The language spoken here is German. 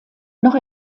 noch